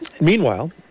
meanwhile